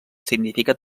significat